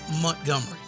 montgomery